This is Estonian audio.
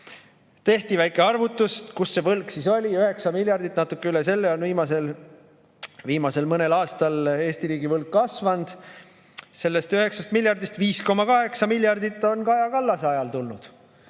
Tehti väike arvutus, 9 miljardit, natuke üle selle on viimasel mõnel aastal Eesti riigi võlg kasvanud. Sellest 9 miljardist 5,8 miljardit on Kaja Kallase ajal tulnud